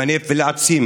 למנף ולהעצים